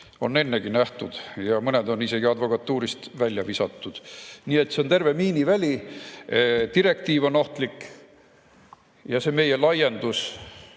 on ennegi nähtud, mõned on isegi advokatuurist välja visatud. Nii et see on terve miiniväli, direktiiv on ohtlik ja sellel meie laiendusel